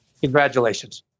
Congratulations